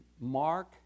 mark